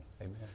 Amen